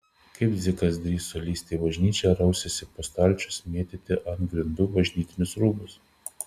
kaip dzikas drįso lįsti į bažnyčią raustis po stalčius mėtyti ant grindų bažnytinius rūbus